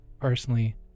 personally